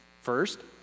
first